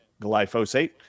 glyphosate